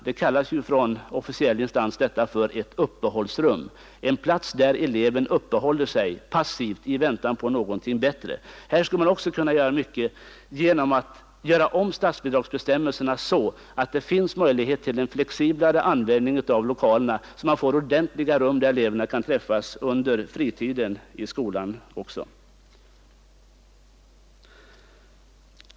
Det kallas ju i officiell instans för uppehållsrum, en plats där eleven uppehåller sig passivt i väntan på någonting bättre. Här skulle man också kunna göra mycket genom att ändra statsbidragsbestämmelserna så att det finns möjlighet till en flexiblare användning av lokalerna så att man får ordentliga rum där eleverna kan träffas också under fritiden i skolan.